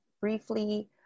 briefly